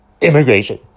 immigration